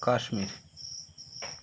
Kashmir